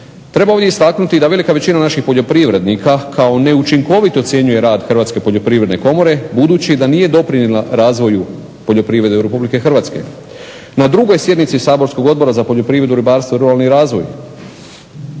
Treba ovdje istaknuti da velika većina naših poljoprivrednika kao neučinkovito ocjenjuje rad Hrvatske poljoprivredne komore budući da nije doprinijela razvoju poljoprivrede Republike Hrvatske. Na drugoj sjednici saborskog Odbora za poljoprivredu, ribarstvo i ruralni razvoj